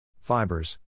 fibers